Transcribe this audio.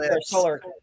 solar